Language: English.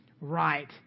right